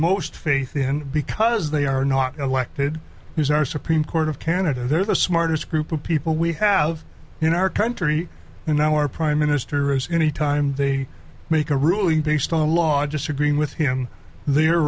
most faith in because they are not elected who's our supreme court of canada they're the smartest group of people we have in our country in our prime minister is going to time they make a ruling based on law disagreeing with him they